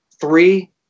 three